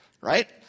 right